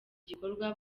gikorwa